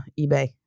eBay